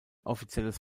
offizielles